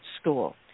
school